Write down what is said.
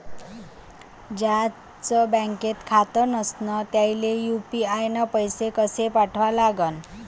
ज्याचं बँकेत खातं नसणं त्याईले यू.पी.आय न पैसे कसे पाठवा लागन?